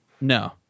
No